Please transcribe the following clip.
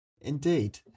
Indeed